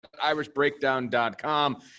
irishbreakdown.com